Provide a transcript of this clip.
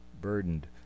burdened